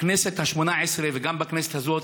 בכנסת השמונה עשרה וגם בכנסת הזאת,